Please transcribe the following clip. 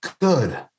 good